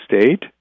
state